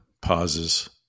pauses